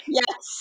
yes